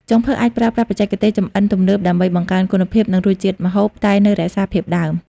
ចុងភៅអាចប្រើប្រាស់បច្ចេកទេសចម្អិនទំនើបដើម្បីបង្កើនគុណភាព និងរសជាតិម្ហូប តែនៅរក្សាភាពដើម។